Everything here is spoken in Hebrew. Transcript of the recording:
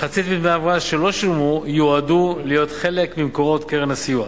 מחצית מדמי ההבראה שלא שולמו יועדו להיות חלק ממקורות קרן הסיוע.